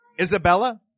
Isabella